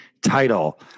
title